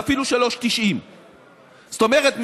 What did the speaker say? ואפילו 3.90. זאת אומרת,